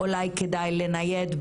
אולי כדאי לנייד,